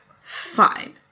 fine